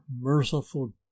merciful